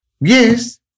Yes